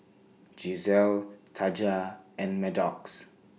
Gisselle Taja and Maddox